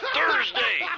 Thursday